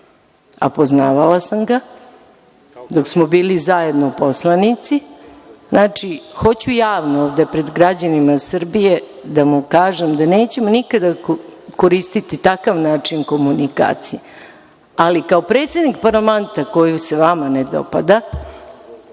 a poznavala sam ga dok smo bili zajedno poslanici. Znači, hoću javno, pred građanima Srbije, da mu kažem da neću nikada koristiti takav način komunikacije, ali kao predsednik parlamenta koji se vama ne dopada,